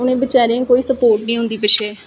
उनें बेचारें गी कोई स्पोट नेई होंदी पिच्छे